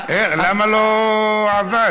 למה לא עבד?